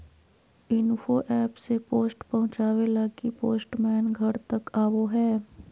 info app से post पहुचावे लगी पोस्टमैन घर तक आवो हय